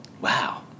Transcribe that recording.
Wow